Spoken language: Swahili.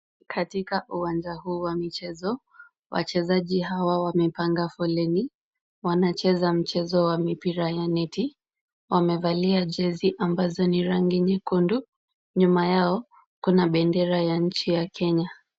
Katika uwanja huu wa michezo, wachezaji hawa wamepanga foleni. Wanacheza mchezo wa mipira ya neti . Wamevalia jezi ambazo ni rangi nyekundu. Nyuma yao kuna bendera ya nchi ya Kenya.